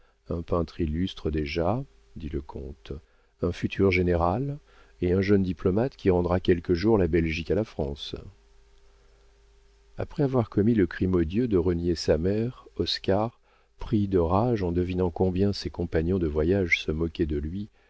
un peintre illustre déjà dit le comte un futur général et un jeune diplomate qui rendra quelque jour la belgique à la france après avoir commis le crime odieux de renier sa mère oscar pris de rage en devinant combien ses compagnons de voyage se moquaient de lui